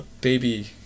Baby